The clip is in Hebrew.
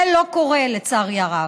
זה לא קורה, לצערי הרב.